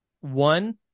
One